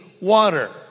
water